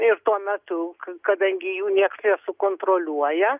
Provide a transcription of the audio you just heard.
ir tuo metu kadangi jų nieks nesukontroliuoja